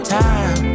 time